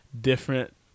different